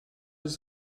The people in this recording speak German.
ist